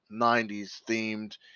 90s-themed